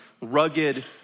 rugged